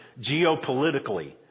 geopolitically